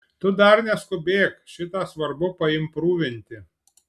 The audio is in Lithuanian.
tu dar neskubėk šitą svarbu paimprūvinti